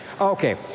Okay